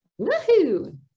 Woohoo